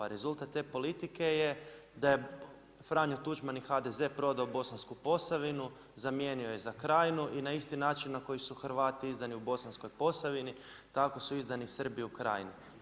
Rezultat te politike je da je Franjo Tuđman i HDZ prodao Bosansku Posavinu, zamijenio je za Krajinu i na isti način na koji su Hrvati izdani u Bosanskoj Posavini, tako izdani Srbi u Krajini.